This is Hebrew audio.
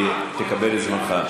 תקבל את זמנך.